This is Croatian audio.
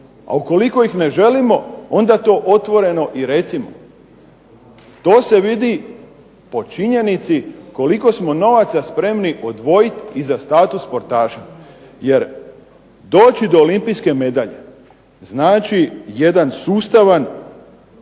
A ukoliko ih ne želimo onda to otvoreno i recimo. To se vidi po činjenici koliko smo novaca spremni odvojit i za status sportaša jer doći do olimpijske medalje znači jedan sustavan